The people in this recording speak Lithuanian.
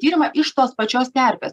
tyrimą iš tos pačios terpės